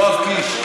יואב קיש,